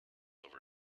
over